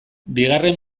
bigarren